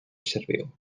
serviu